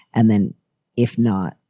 and then if not,